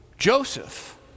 Joseph